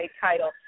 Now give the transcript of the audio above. title